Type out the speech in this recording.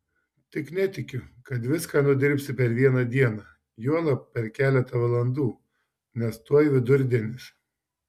tik netikiu kad viską nudirbsi per vieną dieną juolab per keletą valandų nes tuoj vidurdienis